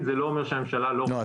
זה לא אומר שהממשלה לא רוצה --- לא,